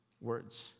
words